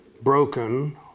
broken